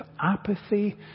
apathy